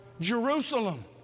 Jerusalem